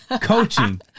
coaching